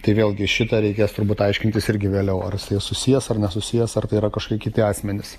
tai vėlgi šitą reikės turbūt aiškintis irgi vėliau ar jisai susijęs ar nesusijęs ar tai yra kažkokie kiti asmenys